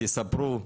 תספרו,